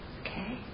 Okay